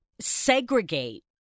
segregate